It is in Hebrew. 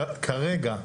כרגע,